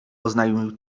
oznajmił